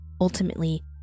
Ultimately